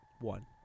One